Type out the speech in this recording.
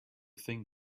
thing